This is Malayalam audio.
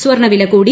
സ്വർണ്ണ വില കൂടി